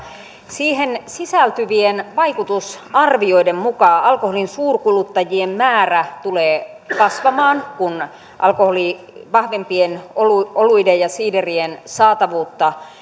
siihen sisältyvien vaikutusarvioiden mukaan alkoholin suurkuluttajien määrä tulee kasvamaan kun vahvempien oluiden ja siiderien saatavuutta